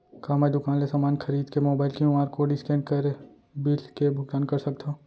का मैं दुकान ले समान खरीद के मोबाइल क्यू.आर कोड स्कैन कर बिल के भुगतान कर सकथव?